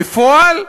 בפועל,